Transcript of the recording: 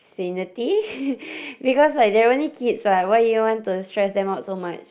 sanity because like they are only kids right why you all want to stress them out so much